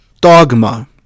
dogma